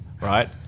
Right